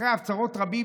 אחרי הפצרות רבות,